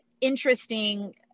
interesting